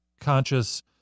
conscious